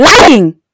Lying